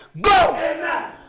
Go